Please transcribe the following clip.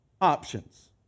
options